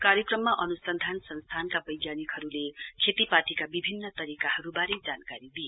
कार्यक्रममा अनुसन्धान संस्थानका बैज्ञानिकहरूले खेतीपातीका बिभिन्न तरीकाहरूबारे जानकारी दिए